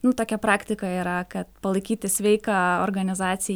nu tokia praktika yra kad palaikyti sveiką organizaciją